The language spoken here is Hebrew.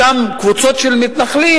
אותן קבוצות של מתנחלים,